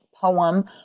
poem